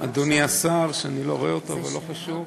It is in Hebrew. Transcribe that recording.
אדוני השר, שאני לא רואה אותו, אבל לא חשוב,